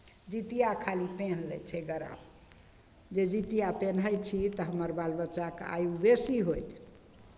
जितिया खाली नहि होइत छै करल जे जितिया पेन्है छी तऽ हमर बाल बच्चाके आयु बेसी होइ छै